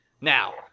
now